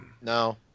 No